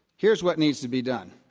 here's what needs to be done.